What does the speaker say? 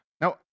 Now